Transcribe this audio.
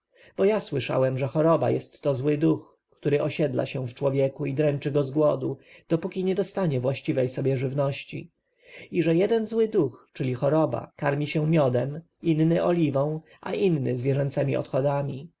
bo ja słyszałem że choroba jest to zły duch który osiedla się w człowieku i dręczy go z głodu dopóki nie dostanie właściwej sobie żywności i że jeden zły duch czyli choroba karmi się miodem inny oliwą a inny zwierzęcemi odchodami